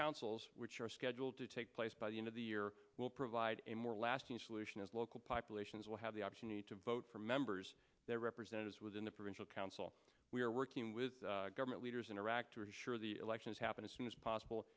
councils which are scheduled to take place by the end of the year will provide a more lasting solution as local populations will have the opportunity to vote for members their representatives within the provincial council we are working with government leaders in iraq to assure the elections happen as soon as possible